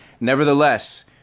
Nevertheless